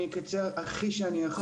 אני אקצר הכי שאני יכול.